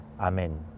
Amen